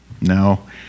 No